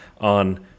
on